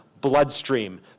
bloodstream